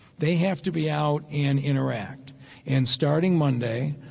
they have to be out and interact and starting monday,